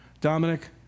Dominic